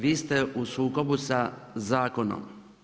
Vi ste u sukobu sa zakonom.